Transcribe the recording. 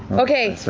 okay.